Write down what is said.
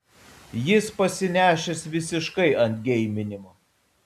jis pasinešęs visiškai ant geiminimo